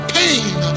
pain